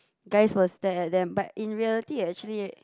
guys will stare at them but in reality it actually